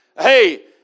Hey